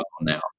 now